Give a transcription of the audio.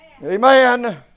Amen